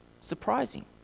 surprising